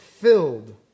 filled